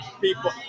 people